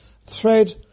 thread